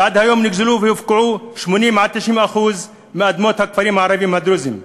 ועד היום נגזלו והופקעו 80% 90% מאדמות הכפרים הערביים הדרוזיים,